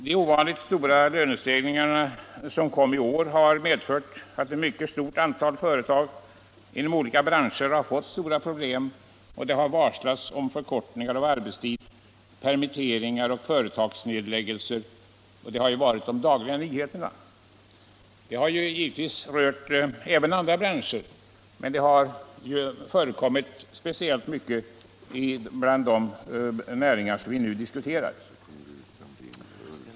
De ovanligt stora lönestegringar som kom i år har medfört att ett mycket stort antal företag inom olika branscher har fått betydande problem, och det har varslats om förkortning av arbetstid, permitteringar och företagsnedläggelser. Det har ju varit de dagliga nyheterna. Det har givetvis rört även andra branscher, men det har förekommit speciellt mycket bland de näringar vi nu diskuterar.